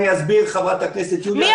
אסביר, חברת הכנסת יוליה מלינובסקי.